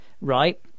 right